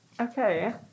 okay